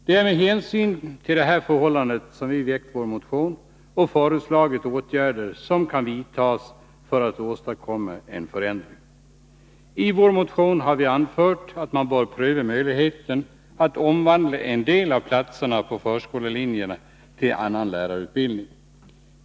Det är med hänsyn till detta förhållande som vi väckt vår motion och föreslagit åtgärder som kan vidtas för att åstadkomma en förändring. I vår motion har vi anfört att man bör pröva möjligheten att omvandla en del av platserna på förskollärarlinjen till annan lärarutbildning.